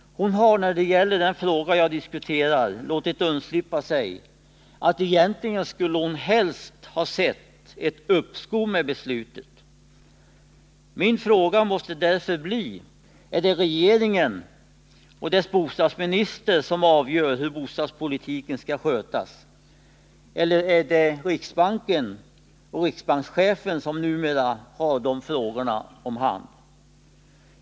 Hon har när det gäller den fråga jag diskuterar låtit undslippa sig att hon egentligen helst skulle ha sett ett uppskov med beslutet. Mina frågor måste därför bli: Är det regeringen och dess bostadsminister som avgör hur bostadspolitiken skall skötas? Eller är det riksbanken och riksbankschefen som numera har dessa frågor om hand?